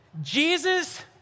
Jesus